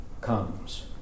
comes